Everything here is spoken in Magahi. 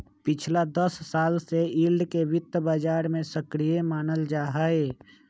पिछला दस साल से यील्ड के वित्त बाजार में सक्रिय मानल जाहई